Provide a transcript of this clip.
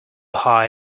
hire